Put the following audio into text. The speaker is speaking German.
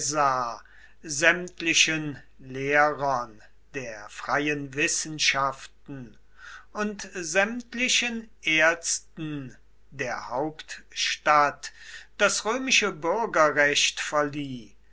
sämtlichen lehrern der freien wissenschaften und sämtlichen ärzten der hauptstadt das römische bürgerrecht verlieh